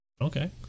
Okay